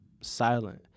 silent